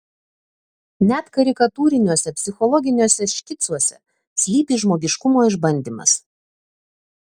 net karikatūriniuose psichologiniuose škicuose slypi žmogiškumo išbandymas